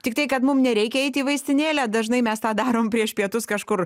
tiktai kad mum nereikia eit į vaistinėlę dažnai mes tą darom prieš pietus kažkur